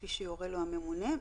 כפי שיורה לו הממונה,